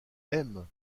aime